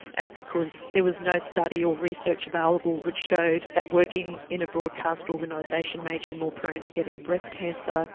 and because there was no study or research available which showed that working in a broadcast organisation made you more prone to getting breast cancer.